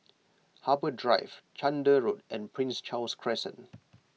Harbour Drive Chander Road and Prince Charles Crescent